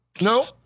No